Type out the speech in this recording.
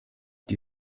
die